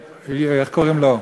איך קוראים לו?